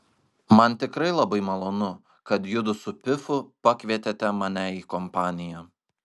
man tikrai labai malonu kad judu su pifu pakvietėte mane į kompaniją